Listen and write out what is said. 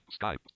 Skype